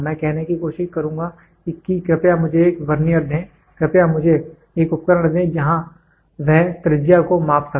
मैं कहने की कोशिश करूँगा कि कृपया मुझे एक वर्नियर दें कृपया मुझे एक उपकरण दें जहाँ वह त्रिज्या को माप सके